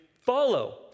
follow